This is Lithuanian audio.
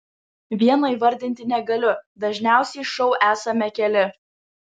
vieno įvardinti negaliu dažniausiai šou esame keli